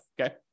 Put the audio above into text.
okay